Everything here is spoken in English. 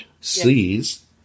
sees